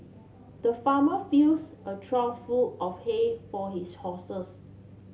the farmer fills a trough full of hay for his horses